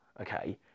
okay